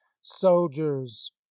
soldiers